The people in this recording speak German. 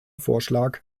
vorschlag